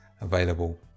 available